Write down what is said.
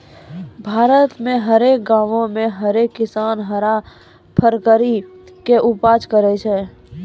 भारत मे हरेक गांवो मे हरेक किसान हरा फरकारी के उपजा करै छै